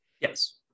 Yes